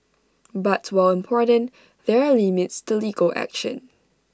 but while important there are limits to legal action